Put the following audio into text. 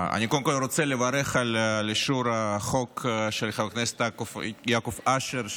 אני רוצה לברך על אישור החוק של חבר הכנסת יעקב אשר,